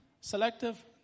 Selective